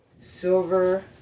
Silver